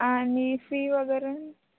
आणि फी वगैरे